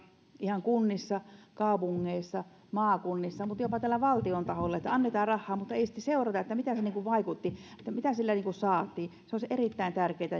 ihan tuolla kunnissa kaupungeissa maakunnissa mutta jopa täällä valtion taholla että annetaan rahaa mutta ei sitten seurata mitä se vaikutti mitä sillä saatiin olisi erittäin